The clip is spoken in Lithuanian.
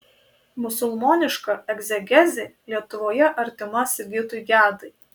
musulmoniška egzegezė lietuvoje artima sigitui gedai